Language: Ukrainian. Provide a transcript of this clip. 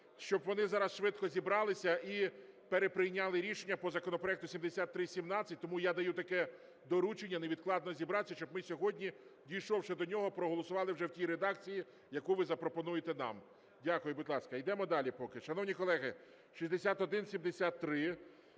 щоб вони зараз швидко зібралися і переприйняли рішення по законопроекту 7317. Тому я даю таке доручення невідкладно зібратися, щоб ми сьогодні, дійшовши до нього, проголосували вже в тій редакції, яку ви запропонуєте нам. Дякую. Будь ласка, йдемо далі поки. Шановні колеги, 6173,